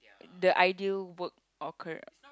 the ideal work or career